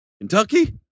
Kentucky